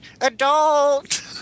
Adult